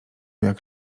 jak